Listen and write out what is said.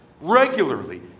regularly